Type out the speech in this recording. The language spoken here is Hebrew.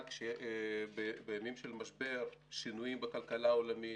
אבל בימים של משבר, שינויים בכלכלה העולמית,